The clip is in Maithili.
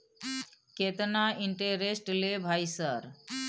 केतना इंटेरेस्ट ले भाई सर?